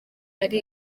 ari